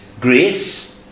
grace